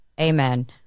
Amen